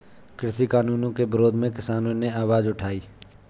कृषि कानूनों के विरोध में किसानों ने आवाज उठाई